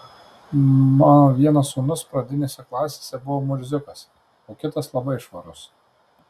mano vienas sūnus pradinėse klasėse buvo murziukas o kitas labai švarus